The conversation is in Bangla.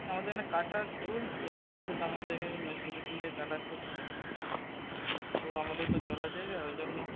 না আমাদের এখানে কাটা চলছে কিছু নানা জায়গায় মেশিন টেশিন দিয়ে কাটা চলছে কিন্তু আমাদের তো জলা জায়গা ওই জন্য